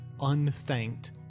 unthanked